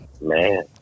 Man